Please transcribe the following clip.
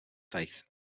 faith